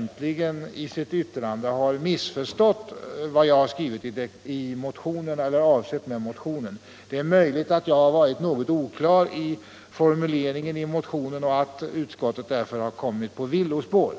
motionen och i sitt uttalande uppenbarligen har missförstått densamma. Det är möjligt att jag har varit något oklar i formuleringen i motionen och att utskottet därför har kommit på villospår.